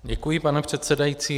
Děkuji, pane předsedající.